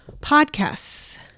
Podcasts